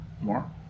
More